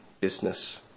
business